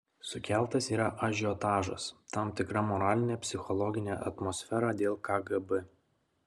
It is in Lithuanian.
sukeltas yra ažiotažas tam tikra moralinė psichologinė atmosfera dėl kgb